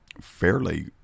fairly